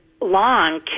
long